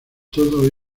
todo